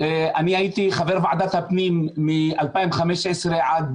אני הייתי חבר ועדת הפנים מ-2015 עד